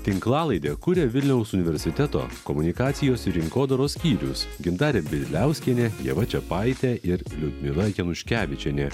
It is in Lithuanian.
tinklalaidę kuria vilniaus universiteto komunikacijos ir rinkodaros skyrius gintarė bieliauskienė ieva čiapaitė ir liudmila januškevičienė